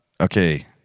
Okay